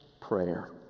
prayer